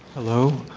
hello.